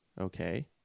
okay